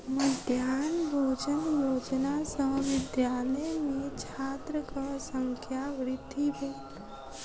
मध्याह्न भोजन योजना सॅ विद्यालय में छात्रक संख्या वृद्धि भेल